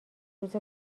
روز